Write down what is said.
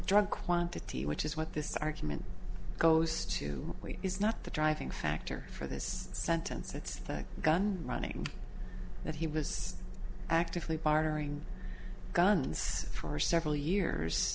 drug quantity which is what this argument goes to is not the driving factor for this sentence it's the gun running that he was actively bartering guns for several years